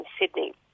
Sydney